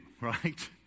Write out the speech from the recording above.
right